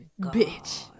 bitch